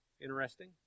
Interesting